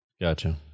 Gotcha